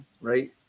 right